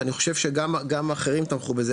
ואני חושב שגם אחרים תמכו בזה,